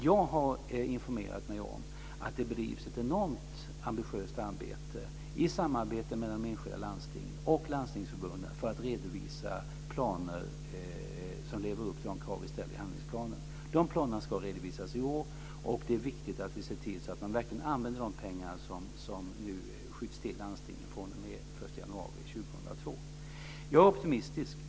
Jag har informerat mig om att det bedrivs ett enormt ambitiöst arbete i samarbete mellan de enskilda landstingen och Landstingsförbundet för att redovisa planer som lever upp till de krav vi ställer i handlingsplanen. Planerna ska redovisas i år. Det är viktigt att se till att landstingen verkligen använder de pengar som nu skjuts till fr.o.m. 1 januari 2002. Jag är optimistisk.